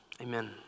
amen